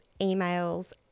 emails